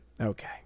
Okay